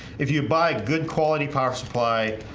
if you buy good quality power supply.